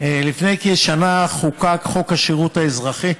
לפני כשנה חוקק חוק השירות האזרחי.